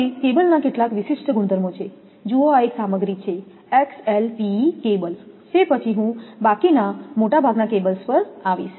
તેથી કેબલના કેટલાક વિશિષ્ટ ગુણધર્મો છે જુઓ આ એક સામગ્રી છે XLPE કેબલ તે પછી હું બાકીના મોટા ભાગના કેબલ્સ પર આવીશ